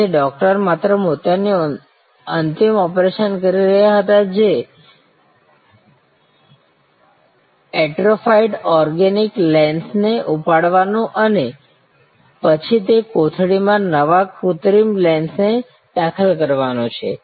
તેથી ડૉક્ટર માત્ર મોતિયાનું અંતિમ ઑપરેશન કરી રહ્યા હતા જે એટ્રોફાઇડ ઓર્ગેનિક લેન્સને ઉપાડવાનું અને પછી તે કોથળીમાં નવા કૃત્રિમ લેન્સને દાખલ કરવાનું છે